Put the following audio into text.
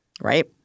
right